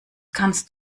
kannst